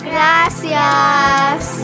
Gracias